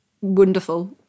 wonderful